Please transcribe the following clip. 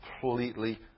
completely